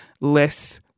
less